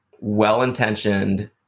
well-intentioned